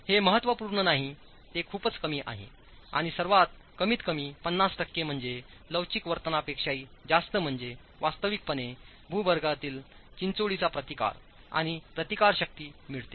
हे महत्त्वपूर्ण नाही ते खूपच कमी आहे आणि सर्वात कमीतकमी 50 टक्के म्हणजे लवचिक वर्तनपेक्षाही जास्त म्हणजे वास्तविकपणे भूगर्भातील चिंचोळीचा प्रतिकार आणि प्रतिकारशक्ती मिळते